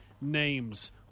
names